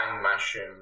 mushroom